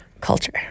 culture